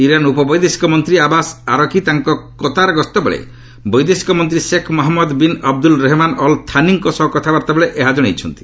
Iran ଉପବୈଦେଶିକ ମନ୍ତ୍ରୀ Abbas Araghchi ତାଙ୍କ କତାର ଗସ୍ତବେଳେ ବୈଦେଶିକ ମନ୍ତ୍ରୀ Sheikh Mohammed bin Abdulrahman Al ଥାନିଙ୍କ ସହ କଥାବାର୍ଭାବେଳେ ଏହା ଜଣାଇଛନ୍ତି